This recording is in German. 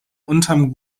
unterm